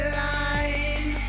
line